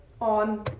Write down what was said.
on